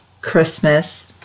Christmas